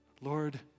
Lord